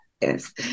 Yes